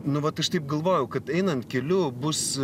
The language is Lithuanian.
nu vat aš taip galvojau kad einant keliu bus